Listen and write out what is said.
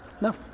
No